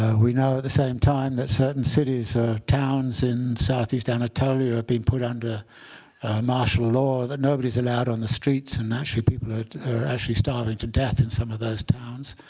we know, at the same time, that certain cities or towns in southeast anatolia are being put under martial law, that nobody is allowed on the streets. and actually, people are actually starving to death in some of those towns.